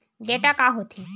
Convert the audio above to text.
Data का होथे?